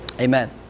amen